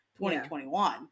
2021